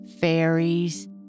fairies